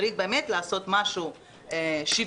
צריך באמת לעשות משהו שוויוני,